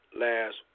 last